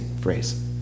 phrase